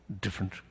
different